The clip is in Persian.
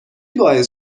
باعث